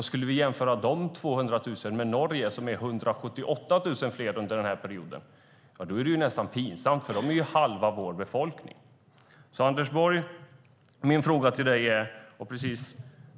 Jämför vi våra 200 000 fler med Norges 178 000 fler under samma period blir det nästan pinsamt, för Norge har ju hälften så stor befolkning.